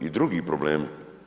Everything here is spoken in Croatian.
I drugi problemi.